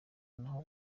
n’aho